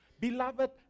Beloved